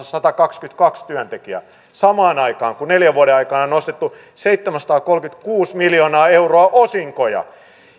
satakaksikymmentäkaksi työntekijää samaan aikaan kun neljän vuoden aikana on nostettu seitsemänsataakolmekymmentäkuusi miljoonaa euroa osinkoja